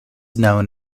known